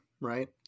right